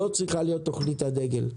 זו צריכה להיות תכנית הדגל.